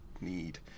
need